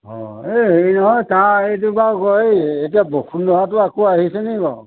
অঁ এই হেৰি নহয় কাৰ এইটো বাৰু হয় এই এতিয়া বসুন্ধৰাটো আকৌ আহিছে নেকি বাৰু